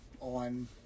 on